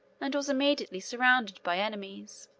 and was immediately surrounded by enemies.